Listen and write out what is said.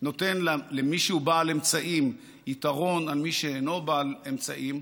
נותן למי שהוא בעל אמצעים יתרון על מי שאינו בעל אמצעים,